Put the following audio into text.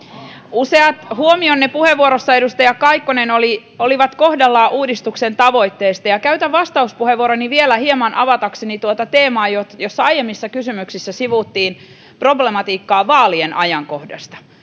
useat huomiot puheenvuorossanne edustaja kaikkonen olivat kohdallaan uudistuksen tavoitteista käytän vastauspuheenvuoroni vielä hieman avatakseni tuota teemaa jossa aiemmissa kysymyksissä sivuttiin problematiikkaa vaalien ajankohdasta